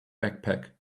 backpack